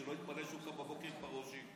שלא יתפלא שהוא קם בבוקר עם פרעושים.